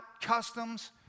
customs